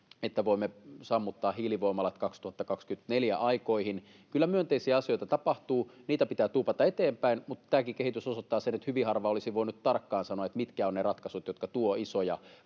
että voisimme sammuttaa hiilivoimalat vuoden 2024 aikoihin. Kyllä myönteisiä asioita tapahtuu. Niitä pitää tuupata eteenpäin, mutta tämäkin kehitys osoittaa sen, että hyvin harva olisi voinut etukäteen tarkkaan sanoa, mitkä ovat ne ratkaisut, jotka tuovat isoja